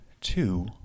two